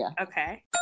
okay